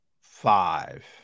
Five